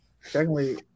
Secondly